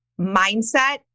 mindset